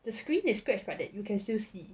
the screen is scratched but that you can still see